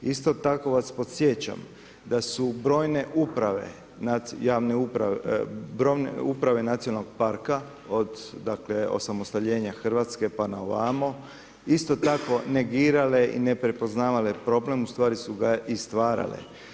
Isto tako vas podsjećam da su brojne uprave, javne uprave, uprave nacionalnog parka, od osamostaljenja Hrvatske, pa na ovamo, isto tako negirale i neprepoznavane problem, ustvari su ga i stvarale.